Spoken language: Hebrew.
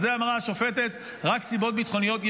על זה אמרה השופטת: רק סיבות ביטחוניות ישירות.